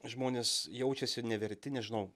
žmonės jaučiasi neverti nežinau